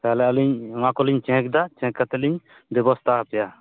ᱛᱟᱦᱚᱞᱮ ᱟᱹᱞᱤᱧ ᱱᱚᱣᱟ ᱠᱚᱞᱤᱧ ᱪᱮᱠ ᱮᱫᱟ ᱪᱮᱠ ᱠᱟᱛᱮᱜ ᱞᱤᱧ ᱵᱮᱵᱚᱥᱛᱷᱟ ᱟᱯᱮᱭᱟ